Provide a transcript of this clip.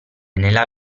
nella